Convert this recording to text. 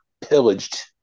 pillaged